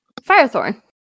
Firethorn